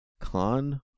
Khan